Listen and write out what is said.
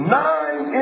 nine